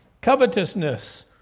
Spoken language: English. covetousness